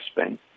Spain